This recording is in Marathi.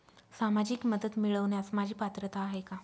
सामाजिक मदत मिळवण्यास माझी पात्रता आहे का?